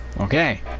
Okay